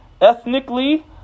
Ethnically